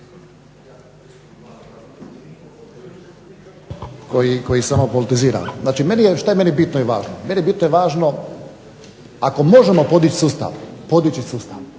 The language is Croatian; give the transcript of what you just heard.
koji samo politizira. Znači meni je, što je meni bitno i važno? Meni je bitno i važno ako možemo podići sustav to nema